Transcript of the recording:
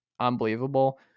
unbelievable